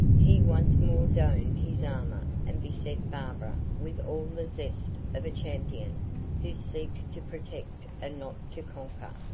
he once more donned his armor and beset barbara with all the zest of a champion who seeks to protect and not to conquer.